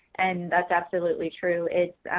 and that's absolutely true. if,